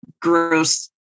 gross